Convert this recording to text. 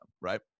right